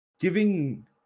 Giving